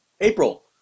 April